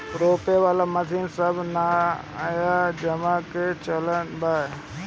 रोपे वाला मशीन सब नया जमाना के चलन बा